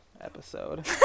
episode